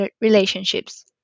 relationships